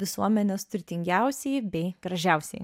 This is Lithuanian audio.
visuomenės turtingiausieji bei gražiausieji